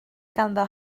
ganddo